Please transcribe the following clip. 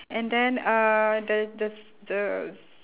and then uh the the the